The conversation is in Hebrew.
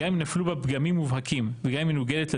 גם אם נפלו בה פגמים מובהקים וגם אם היא מנוגדת לדין,